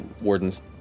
wardens